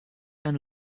and